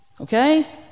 okay